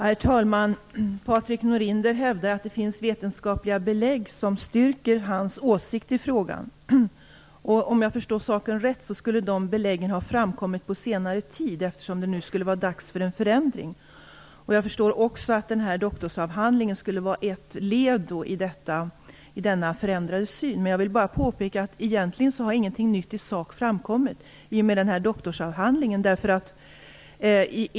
Herr talman! Patrik Norinder hävdar att det finns vetenskapliga belägg som styrker hans åsikt i frågan. Om jag förstår saken rätt skulle dessa belägg ha framkommit på senare tid, eftersom det nu skulle vara dags för en förändring. Jag förstår också att denna doktorsavhandling skulle utgöra ett led i denna förändrade syn. Men jag vill bara påpeka att det egentligen inte har framkommit någonting nytt i sak i och med doktorsavhandlingen.